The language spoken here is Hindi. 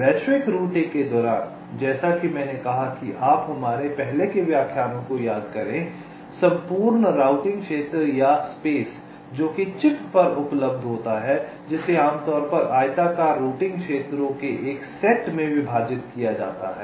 वैश्विक रूटिंग के दौरान जैसा कि मैंने कहा कि आप हमारे पहले के व्याख्यानों को याद करते हैं संपूर्ण राउटिंग क्षेत्र या स्पेस जो कि चिप पर उपलब्ध होता है जिसे आम तौर पर आयताकार रूटिंग क्षेत्रों के एक सेट में विभाजित किया जाता है